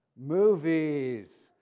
Movies